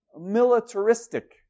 militaristic